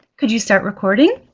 could you start recording?